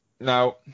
now